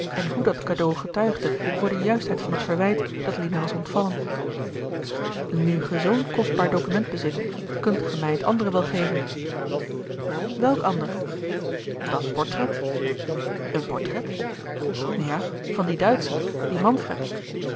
en hoe dat cadeau getuigde voor de juistheid van het verwijt dat lina was ontvallen nu ge zoo'n kostbaar document bezit kunt gij mij het andere wel geven welk ander dat portret een portret ja van dien duitscher dien manfred